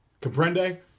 Comprende